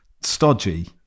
stodgy